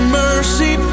mercy